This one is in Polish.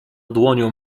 dłonią